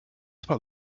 about